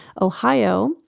Ohio